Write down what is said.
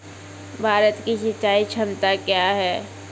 भारत की सिंचाई क्षमता क्या हैं?